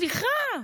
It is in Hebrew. סליחה,